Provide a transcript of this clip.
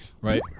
right